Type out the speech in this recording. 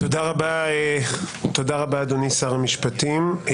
תודה רבה, אדוני שר המשפטים.